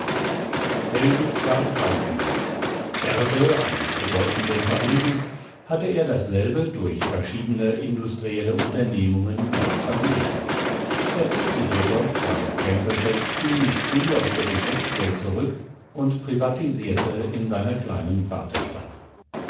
hellwig war kaufmann erbe eines bedeutenden vermögens hatte er dasselbe durch verschiedene industrielle unternehmungen noch vermehrt er zog sich jedoch weil er kränkelte ziemlich früh aus der geschäftswelt zurück und privatisierte in seiner kleinen